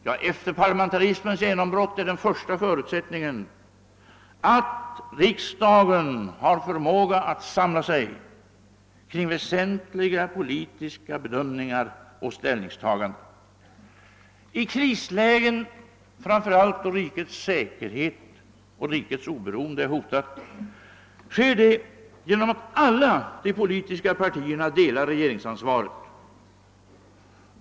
Ja, efter parlamentarismens genombrott är den första förutsättningen att riksdagen har förmåga att samla sig kring väsentliga politiska bedömningar och ställningstaganden. I krislägen, framför allt då landets säkerhet är hotad, sker detta genom att alla de politiska partierna delar regeringsansvaret.